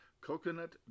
Coconut